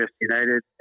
United